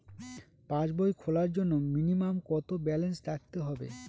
পাসবই খোলার জন্য মিনিমাম কত ব্যালেন্স রাখতে হবে?